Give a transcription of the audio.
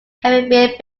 caribbean